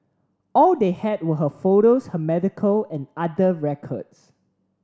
all they had were her photos her medical and other records